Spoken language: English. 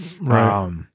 Right